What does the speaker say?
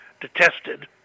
detested